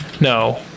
No